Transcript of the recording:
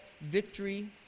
victory